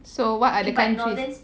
so what are the country